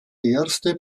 erste